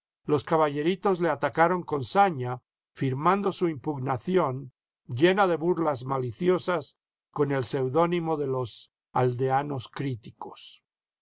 los caballeritos le atacaron con saña firmando su impugnación llena de burlas maliciosas con el seudónimo de los aldeanos críticos de